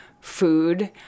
food